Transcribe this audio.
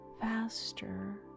faster